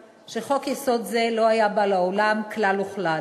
שחוק-יסוד זה לא היה בא לעולם כלל וכלל.